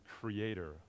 creator